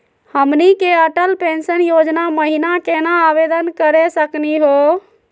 हमनी के अटल पेंसन योजना महिना केना आवेदन करे सकनी हो?